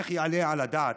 איך יעלה על הדעת,